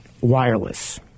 wireless